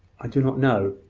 i do not know.